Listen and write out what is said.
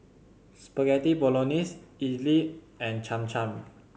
Spaghetti Bolognese Idili and Cham Cham